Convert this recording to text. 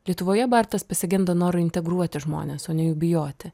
lietuvoje bartas pasigenda noro integruoti žmones o ne jų bijoti